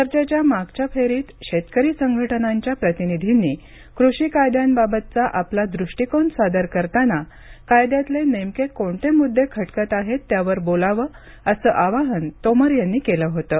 चर्चेच्या मागच्या फेरीत शेतकरी संघटनांच्या प्रतिनिधींनी कृषी कायद्यांबाबतचा आपला दृष्टीकोन सादर करताना कायद्यातले नेमके कोणते मुद्दे खटकत आहेत त्यावर बोलावं असं आवाहन तोमर यांनी केलं होतं